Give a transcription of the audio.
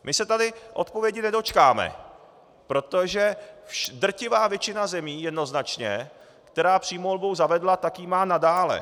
My se tady odpovědi nedočkáme, protože drtivá většina zemí jednoznačně, která přímou volbu zavedla, tak ji má nadále.